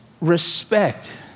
respect